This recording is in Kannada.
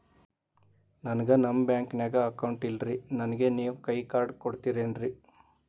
ನನ್ಗ ನಮ್ ಬ್ಯಾಂಕಿನ್ಯಾಗ ಅಕೌಂಟ್ ಇಲ್ರಿ, ನನ್ಗೆ ನೇವ್ ಕೈಯ ಕಾರ್ಡ್ ಕೊಡ್ತಿರೇನ್ರಿ?